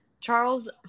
Charles